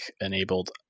enabled